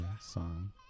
song